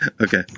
Okay